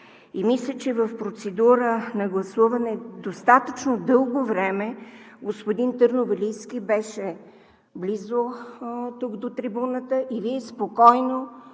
и мисля, че в процедура на гласуване достатъчно дълго време господин Търновалийски беше близо тук до трибуната и Вие спокойно,